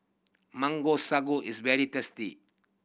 Mango Sago is very tasty